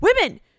Women